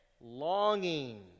longing